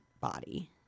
body